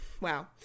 wow